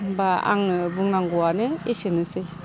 होमबा आङो बुंनांगौआनो एसेनोसै